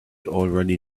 already